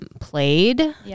played